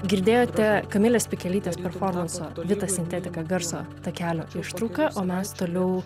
girdėjote kamilės pikelytės performanso vita sintetika garso takelio ištrauką o mes toliau